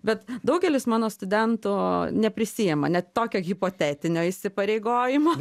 bet daugelis mano studentų neprisiima net tokio hipotetinio įsipareigojimo